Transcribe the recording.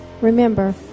Remember